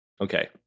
Okay